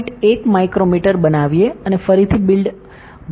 1 micrometer બનાવીએ અને ફરીથી બિલ્ડ બધી